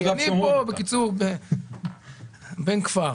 אני בן כפר,